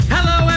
Hello